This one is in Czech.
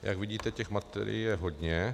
Jak vidíte, těch materií je hodně.